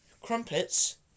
Crumpets